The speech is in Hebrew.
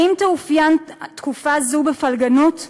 האם תאופיין תקופה זו בפלגנות,